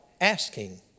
asking